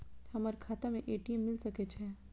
हमर खाता में ए.टी.एम मिल सके छै?